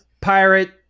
pirate